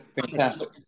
Fantastic